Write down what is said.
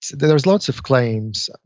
there there was lots of claims.